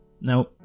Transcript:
Now